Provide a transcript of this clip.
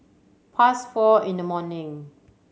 past four in the morning